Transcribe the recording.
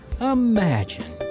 Imagine